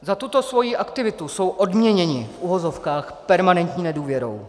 Za tuto svoji aktivitu jsou odměněni, v uvozovkách, permanentní nedůvěrou.